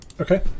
Okay